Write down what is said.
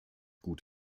gut